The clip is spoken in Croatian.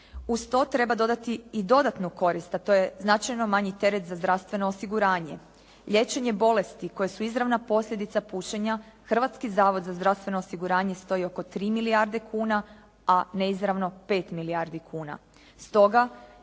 Uz to treba dodati i dodatnu korist a to je značajno manji teret za zdravstveno osiguranje, liječenje bolesti koje su izravna posljedica pušenja Hrvatski zavod za zdravstveno osiguranje stoji oko 3 milijarde kuna a neizravno 5 milijardi kuna.